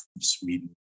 Sweden